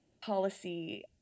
policy